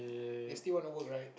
they still want to work right